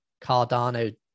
Cardano